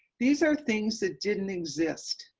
these are things that didn't exist,